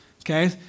okay